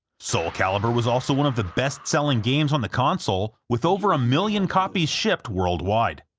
soul calibur was also one of the best-selling games on the console with over a million copies shipped worldwide.